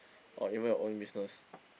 or even your own business